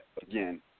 again